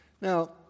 Now